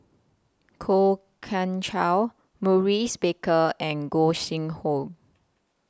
Kwok Kian Chow Maurice Baker and Gog Sing Hooi